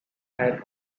had